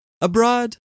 Abroad